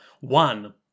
one